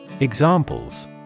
Examples